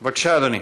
בבקשה, אדוני.